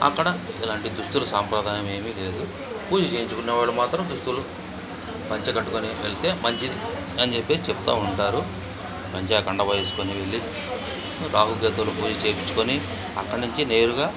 అక్కడ ఇలాంటి దుస్తులు సాంప్రదాయం ఏమి లేదు పూజ చేయించుకునే వాళ్ళు మాత్రం దుస్తులు పంచ కట్టుకుని వెళ్తే మంచిది అని చెప్పి చెప్తు ఉంటారు పంచా కండువా వేసుకొని వెళ్ళి రాహుకేతువుల పూజ చేయించుకొని అక్కడనుంచి నేరుగా